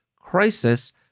crisis